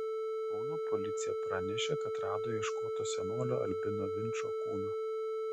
kauno policija pranešė kad rado ieškoto senolio albino vinčo kūną